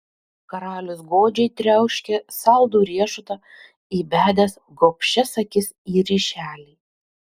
karalius godžiai triauškė saldų riešutą įbedęs gobšias akis į ryšelį